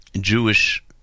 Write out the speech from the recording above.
Jewish